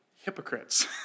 hypocrites